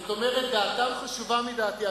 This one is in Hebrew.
זאת אומרת, דעתם חשובה מדעתי.